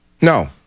No